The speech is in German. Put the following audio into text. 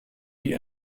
die